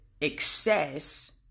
excess